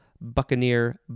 Buccaneer